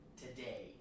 today